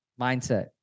mindset